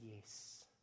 yes